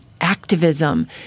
activism